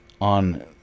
on